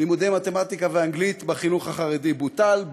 לימודי מתמטיקה ואנגלית בחינוך החרדי בוטלו,